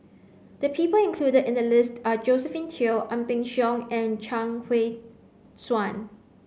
the people included in the list are Josephine Teo Ang Peng Siong and Chuang Hui Tsuan